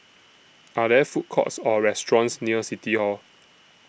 Are There Food Courts Or restaurants near City Hall